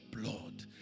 blood